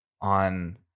on